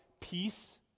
peace